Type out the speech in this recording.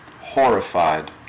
Horrified